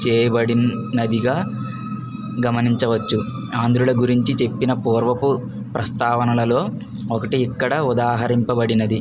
చేయబడినదిగా గమనించవచ్చు ఆంధ్రుల గురించి చెప్పిన పూర్వపు ప్రస్తావనలలో ఒకటి ఇక్కడ ఉదహరింపబడినది